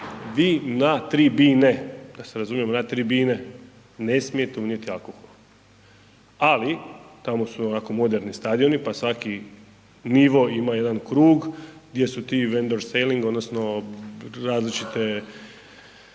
vi na tribine, da se razumijemo na tribine ne smijete unijeti alkohol, ali tamo su ovako moderni stadioni, pa svaki nivo ima jedan krug gdje su ti vendor selling odnosno različite